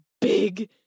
big